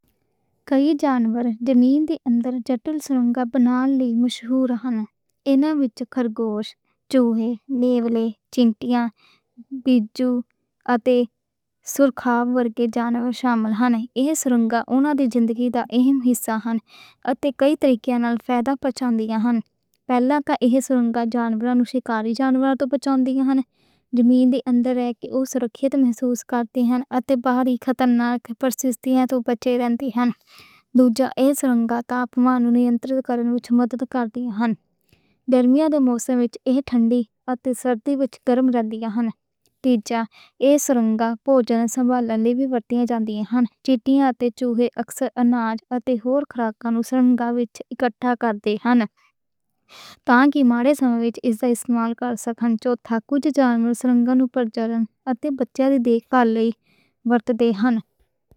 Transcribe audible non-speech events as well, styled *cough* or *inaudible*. کجھ جانور زمین دے اندر اپنی سرنگاں بنانے لئی مشہور ہن۔ ایناں وچ خرگوش، چوہے، نیولے، چیونٹیاں، بچھو، اتے سُرخا ورگے جانور شامل ہن۔ ایہ سرنگاں اُنہاں دی زندگی دا اہم حصہ ہن۔ تے کئی طریقیاں نال فائدہ پہنچاؤندیاں ہن۔ پہلا، ایہ سرنگاں جانوراں نوں شکاری جانوراں توں بچاؤندیاں ہن۔ زمین دے اندر او خود نوں محفوظ محسوس کردے ہن۔ تے باہری خطرے توں بچے رہندے ہن۔ دوجا، ایہ سرنگاں تے پانی نوں نِینترت کرنے چ مدد کردیاں ہن۔ گرمیاں دے موسم وچ ایہ ٹھنڈیاں تے سردیاں وچ گرم رہندیاں ہن۔ تیجا، ایہ سرنگاں بھوجن سنبھالندے وقت وی ورتیاں جاندیاں ہن۔ چیونٹیاں تے چوہے اکثر اناج یا میٹھیاں خوراکاں نوں سرنگ وچ اکٹھا کردے ہن۔ *hesitation* تاکہ مہرے وقت وچ ایس دا استعمال کر سکدے ہن۔ کجھ جانوراں وی سرنگاں نوں پرجنن تے بچہ دی دیکھ بھال لئی ورت دے ہن۔